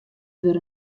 wurde